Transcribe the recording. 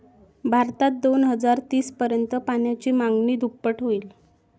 भारतात दोन हजार तीस पर्यंत पाण्याची मागणी दुप्पट होईल